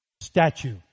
statue